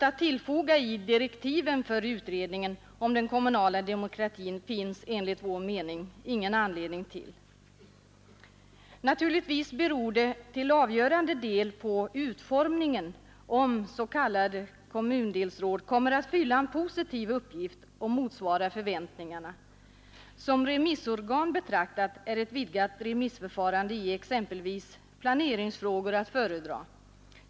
Att tillfoga något i direktiven för utredningen om den kommunala demokratin finns det enligt vår mening ingen anledning till. Naturligtvis beror det till avgörande del på utformningen, om s.k. kommundelsråd kommer att fylla en positiv uppgift och motsvara förväntningarna. Som remissorgan betraktat är ett vidgat remissförfarande i exempelvis planeringsfrågor att föredra.